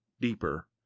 deeper